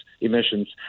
emissions